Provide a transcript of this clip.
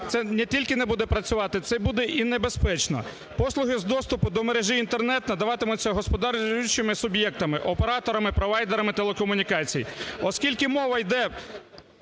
це не тільки не буде працювати, це буде і небезпечно. Послуги з доступу до мережі Інтернет надаватимуться господарюючими суб'єктами: операторами, провайдерами телекомунікацій. Оскільки мова йде